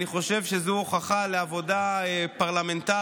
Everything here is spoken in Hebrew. אני חושב שזו הוכחה לעבודה פרלמנטרית,